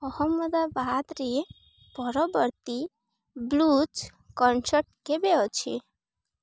ଅହମ୍ମଦାବାଦରେ ପରବର୍ତ୍ତୀ blues concert କେବେ ଅଛି